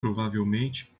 provavelmente